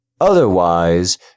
Otherwise